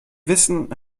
wissen